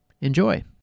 Enjoy